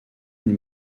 une